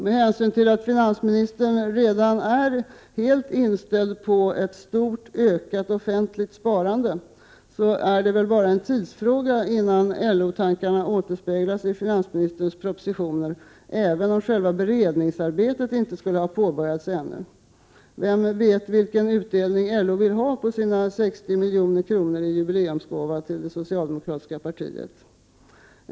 Med hänsyn till att finansministern redan är helt inställd på ett stort ökat offentligt sparande är det väl bara en tidsfråga innan LO-tankarna återspeglas i finansministerns propositioner, även om själva beredningsarbetet inte skulle ha påbörjats ännu. Vem vet vilken utdelning LO vill ha på sina 60 milj.kr. i jubileumsgåva till det socialdemokratiska partiet?